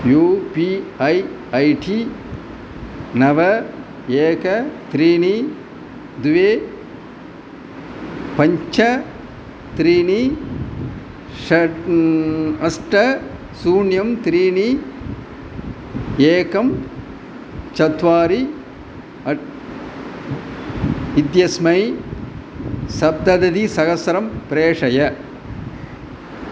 you P I I D नव एकं त्रीणि द्वे पञ्च त्रीणि षट् अष्ट शून्यं त्रीणि एकं चत्वारि अट् इत्यस्मै सप्ततिसहस्रं प्रेषय